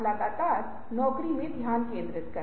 आप एक सवाल का जवाब दीजिए